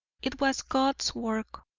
it was god's work,